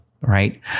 right